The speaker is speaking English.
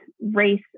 race